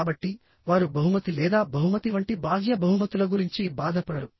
కాబట్టి వారు బహుమతి లేదా బహుమతి వంటి బాహ్య బహుమతుల గురించి బాధపడరు